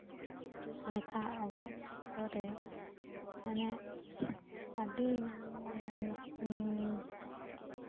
ᱞᱮᱠᱷᱟ ᱚᱠᱛᱚ ᱨᱮ ᱢᱟᱱᱮ ᱟᱹᱰᱤ